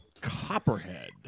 Copperhead